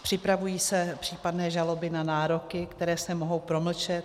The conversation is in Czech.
Připravují se případné žaloby na nároky, které se mohou promlčet?